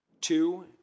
Two